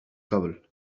قبل